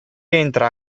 entra